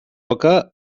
roca